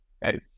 hey